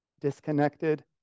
disconnected